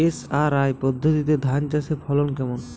SRI পদ্ধতিতে ধান চাষের ফলন কেমন?